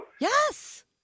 Yes